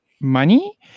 money